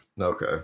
Okay